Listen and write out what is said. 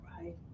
Right